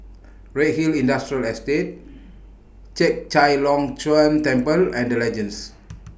Redhill Industrial Estate Chek Chai Long Chuen Temple and The Legends